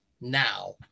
now